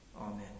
Amen